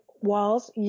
walls